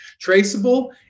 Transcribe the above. traceable